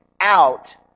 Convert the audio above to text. out